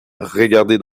regardez